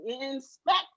Inspect